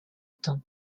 temps